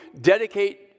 dedicate